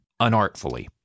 unartfully